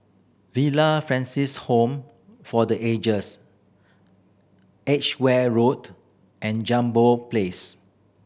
Villa Francis Home for the Ages Edgware Road and Jambol Place